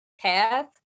path